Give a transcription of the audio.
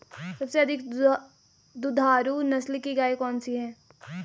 सबसे अधिक दुधारू नस्ल की गाय कौन सी है?